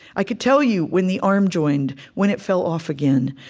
i could tell you when the arm joined, when it fell off again,